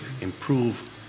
improve